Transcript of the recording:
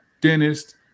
dentist